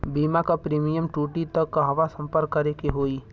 बीमा क प्रीमियम टूटी त कहवा सम्पर्क करें के होई?